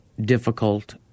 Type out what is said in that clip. difficult